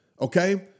Okay